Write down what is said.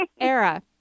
era